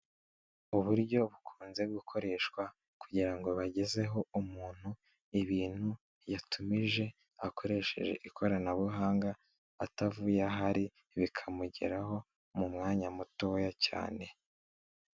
Uburyo bukunze gukoreshwa kugira ngo bagezeho umuntu ibintu yatumije akoresheje ikoranabuhanga, atavuye ahari bikamugeraho mu mwanya mutoya cyane.